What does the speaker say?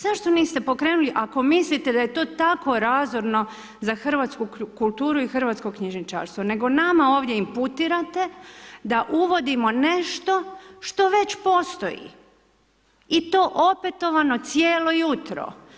Zašto niste pokrenuli ako mislite da je to tako razorno za hrvatsku kulturu i hrvatsko knjižničarstvo nego nama ovdje imputirate da uvodimo nešto što već postoji i to opetovano cijelo jutro.